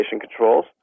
Controls